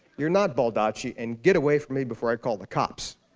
you're not baldacci! and get away from me before i call the cops!